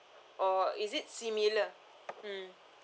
or is it similar mm